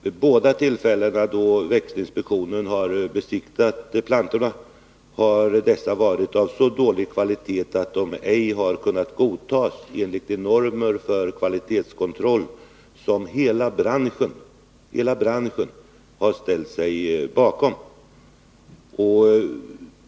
Vid båda de tillfällen då växtinspektionen har besiktigat plantorna har dessa varit av så dålig kvalitet att de ej har kunnat godtas enligt de normer för kvalitetskontroll som hela branschen ställt sig bakom.